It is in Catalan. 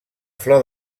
flor